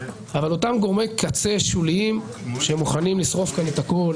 אבל אותם גורמי קצה שוליים שמוכנים לשרוף כאן את הכול,